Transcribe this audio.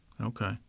Okay